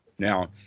Now